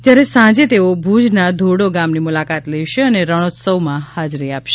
જ્યારે સાંજે તેઓ ભૂજના ધોરડો ગામની મુલાકાત લેશે અને રણોત્સવમાં હાજરી આપશે